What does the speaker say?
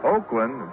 Oakland